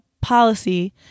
policy